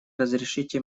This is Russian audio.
разрешите